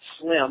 slim